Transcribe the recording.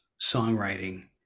songwriting